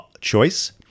choice